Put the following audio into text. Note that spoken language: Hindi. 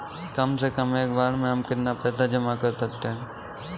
कम से कम एक बार में हम कितना पैसा जमा कर सकते हैं?